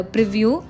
Preview